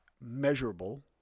measurable